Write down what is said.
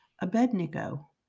Abednego